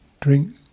drink